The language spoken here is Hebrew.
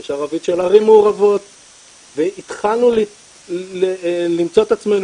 ויש ערבית של ערים מעורבות והתחלנו למצוא את עצמנו